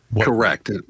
Correct